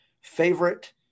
favorite